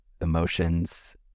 emotions